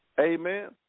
Amen